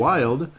Wild